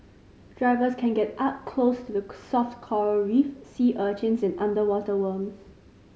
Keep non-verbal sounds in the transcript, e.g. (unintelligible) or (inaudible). drivers can get up close to the (unintelligible) soft coral reef sea urchins and underwater worms